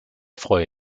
freue